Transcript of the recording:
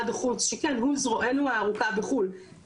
לנו רשות האוכלוסין וההגירה אין עובדים בחו"ל,